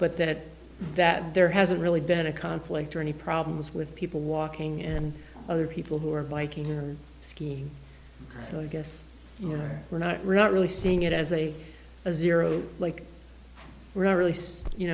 but that that there hasn't really been a conflict or any problems with people walking and other people who are biking here skiing so i guess where we're not really seeing it as a zero like we're really